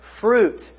fruit